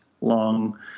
long